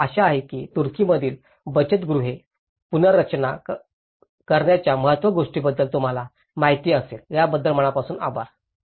मला आशा आहे की तुर्कीमधील बचतगृहे पुनर्रचना करण्याच्या महत्वाच्या गोष्टीबद्दल तुम्हाला माहिती असेल त्याबद्दल मनापासून आभार